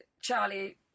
Charlie